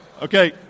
Okay